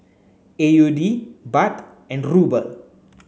A U D Baht and Ruble